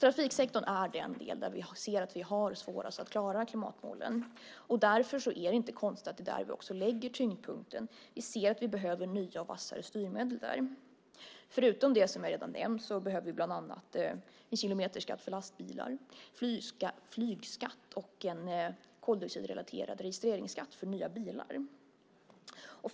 Trafiksektorn är den del där vi ser att vi har svårast att klara klimatmålen, och det är därför inte konstigt att det är där vi också lägger tyngdpunkten. Vi ser att vi behöver nya och vassare styrmedel där. Förutom det som jag redan har nämnt behöver vi bland annat en kilometerskatt för lastbilar, en flygskatt och en koldioxidrelaterad registreringsskatt för nya bilar.